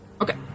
Okay